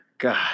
God